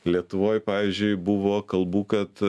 lietuvoj pavyzdžiui buvo kalbų kad